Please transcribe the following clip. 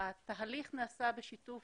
התהליך נעשה בשיתוף